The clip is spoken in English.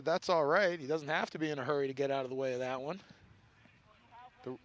but that's all right he doesn't have to be in a hurry to get out of the way that one